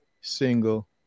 single